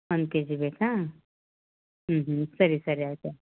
ಒಂದು ಕೆಜಿ ಬೇಕಾ ಹ್ಞೂ ಹ್ಞೂ ಸರಿ ಸರಿ ಆಯಿತು